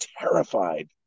terrified